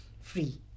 free